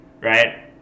Right